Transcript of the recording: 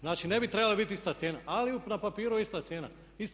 Znači, ne bi trebala biti ista cijena ali na papiru je ista cijena.